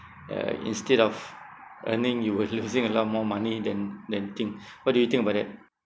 uh instead of earning you were losing a lot more money than than think what do you think about that